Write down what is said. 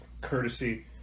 courtesy